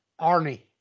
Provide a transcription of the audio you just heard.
Arnie